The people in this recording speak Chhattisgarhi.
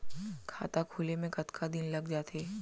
खाता खुले में कतका दिन लग जथे?